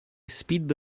spid